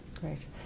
Great